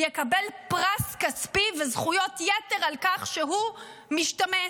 יקבל פרס כספי וזכויות יתר על כך שהוא משתמט.